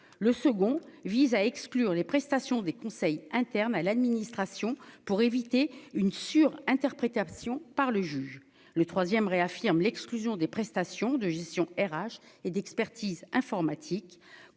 le second vise à exclure les prestations des conseils, un terme à l'administration pour éviter une sur-interprétation par le juge le 3ème réaffirme l'exclusion des prestations de gestion RH et d'expertise informatique